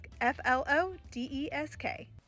F-L-O-D-E-S-K